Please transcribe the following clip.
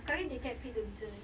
sekali they get paid to listen eh